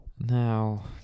Now